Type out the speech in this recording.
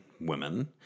women